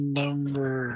number